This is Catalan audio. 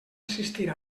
assistir